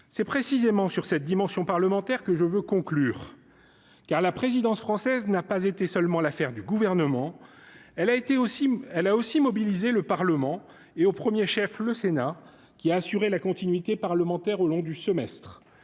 c'est précisément sur cette dimension parlementaire que je veux conclure car la présidence française n'a pas été seulement l'affaire du gouvernement, elle a été aussi, elle a aussi mobilisé le Parlement et au 1er chef le Sénat qui a assuré la continuité parlementaire au long du semestre,